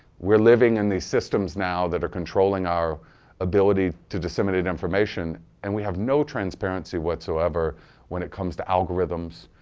we're living in these systems now that are controlling our ability to disseminate information and we have no transparency whatsoever when it comes to algorithms.